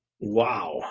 Wow